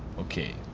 okay,